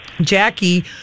jackie